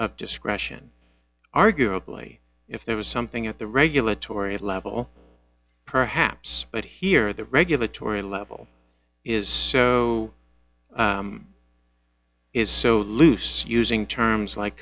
of discretion arguably if there was something at the regulatory level perhaps but here the regulatory level is so is so loose using terms like